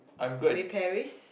maybe Paris